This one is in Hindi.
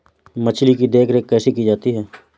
मछली की देखरेख कैसे की जाती है?